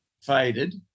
faded